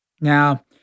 Now